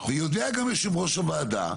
ויודע גם יושב ראש הוועדה,